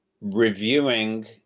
reviewing